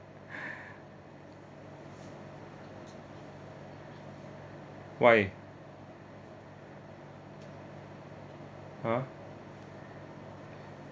why !huh!